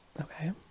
Okay